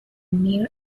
mare